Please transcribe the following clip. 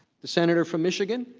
the senator from michigan.